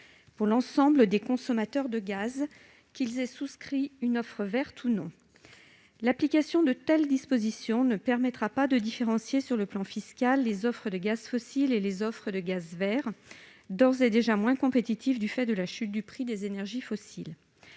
pour l'ensemble des consommateurs de gaz, qu'ils aient souscrit une offre verte ou non. L'application de telles dispositions ne permettra pas de différencier, sur le plan fiscal, les offres de gaz fossile et les offres de gaz vert, d'ores et déjà moins compétitives du fait de la chute du prix des énergies fossiles.